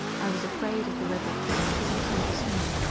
i was afraid of the river because i cannot swim.